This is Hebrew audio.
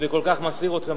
אם זה כל כך מסעיר אתכם,